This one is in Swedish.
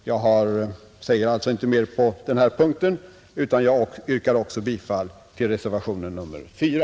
Jag skall därför inte säga mer på den punkten utan yrkar bifall också till reservationen 4.